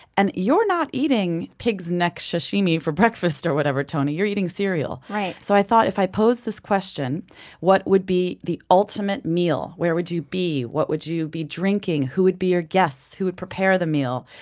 and you're not eating pig's neck sashimi for breakfast or whatever, tony, you're eating cereal. so i thought if i posed this question what would be the ultimate meal, where would you be, what would you be drinking, who would be your guests, who would prepare the meal?